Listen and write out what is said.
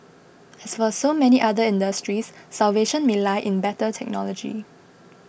as for so many other industries salvation may lie in better technology